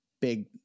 big